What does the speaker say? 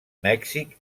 mèxic